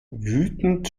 wütend